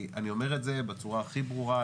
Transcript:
אני אומר את זה בצורה הכי ברורה.